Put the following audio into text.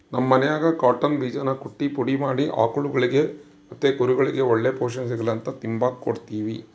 ನಮ್ ಮನ್ಯಾಗ ಕಾಟನ್ ಬೀಜಾನ ಕುಟ್ಟಿ ಪುಡಿ ಮಾಡಿ ಆಕುಳ್ಗುಳಿಗೆ ಮತ್ತೆ ಕುರಿಗುಳ್ಗೆ ಒಳ್ಳೆ ಪೋಷಣೆ ಸಿಗುಲಂತ ತಿಂಬಾಕ್ ಕೊಡ್ತೀವಿ